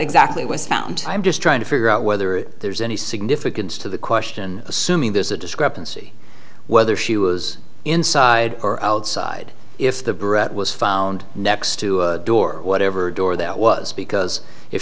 exactly was found i'm just trying to figure out whether there's any significance to the question assuming there's a discrepancy whether she was inside or outside if the bread was found next to a door whatever door that was because if